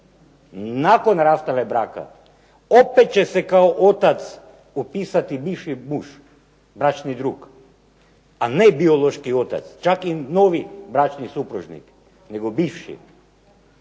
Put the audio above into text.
nakon rastave braka, opet će se kao otac upisati bivši muž, bračni drug, a ne biološki otac, čak ni novi bračni supružnik nego bivši.